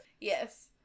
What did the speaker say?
Yes